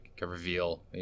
reveal